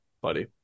buddy